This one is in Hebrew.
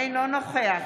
אינו נוכח